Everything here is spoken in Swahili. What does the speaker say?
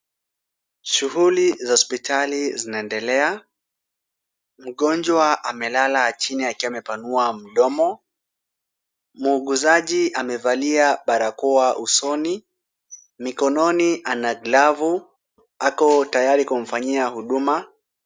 Shughuli za hospitali zinaendelea. Mgonjwa amelala chini akiwa amepanua mdomo. Muuguzaji amevalia barakoa usoni. Mikononi ana glavu. Ako tayari kumfanyia huduma.